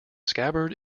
scabbard